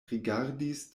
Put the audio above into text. rigardis